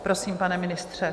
Prosím, pane ministře.